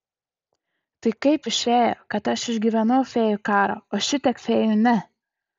tai kaip išėjo kad aš išgyvenau fėjų karą o šitiek fėjų ne